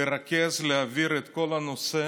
לרכז, להעביר את כל הנושא